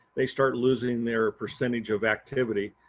they start losing their percentage of activity.